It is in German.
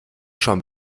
schon